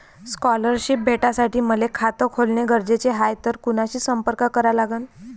Scholarship भेटासाठी मले खात खोलने गरजेचे हाय तर कुणाशी संपर्क करा लागन?